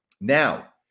Now